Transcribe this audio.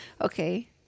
Okay